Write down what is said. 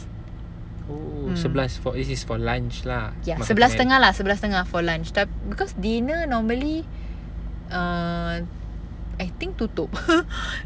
mm ya sebelas setengah sebelas setengah for lunch tapi because dinner normally err I think tutup